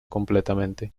completamente